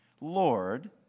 Lord